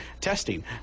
testing